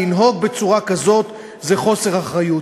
לנהוג בצורה כזאת זה חוסר אחריות.